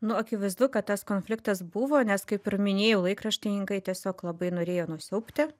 nu akivaizdu kad tas konfliktas buvo nes kaip ir minėjau laikraštininkai tiesiog labai norėjo nusiaubti